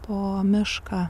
po mišką